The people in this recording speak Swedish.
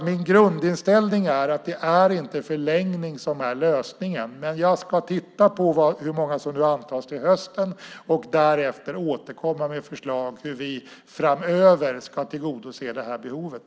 Min grundinställning är att det inte är en förlängning som är lösningen, men jag ska titta på hur många som nu antas till hösten och därefter återkomma med förslag på hur vi framöver ska tillgodose det här behovet.